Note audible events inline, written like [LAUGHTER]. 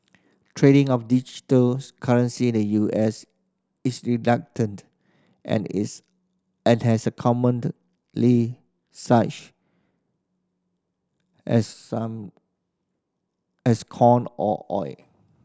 trading of digital currency the U S is [UNINTELLIGIBLE] and is and as a [UNINTELLIGIBLE] such as some as corn or oil